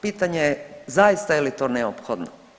Pitanje je zaista je li to neophodno?